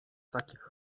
takich